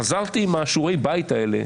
חזרתי עם השיעורי בית האלה,